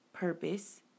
Purpose